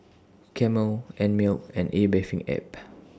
Camel Einmilk and A Bathing Ape